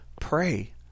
pray